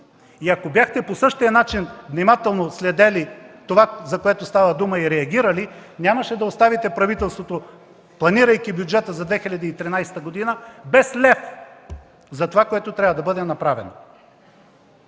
г. Ако бяхте по същия начин внимателно следили и реагирали по това, за което става дума, нямаше да оставите правителството, планирайки бюджета за 2013 г., без лев за това, което трябва да бъде направено.